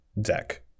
deck